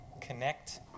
connect